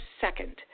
second